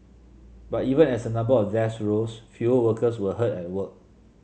but even as the number of deaths rose fewer workers were hurt at work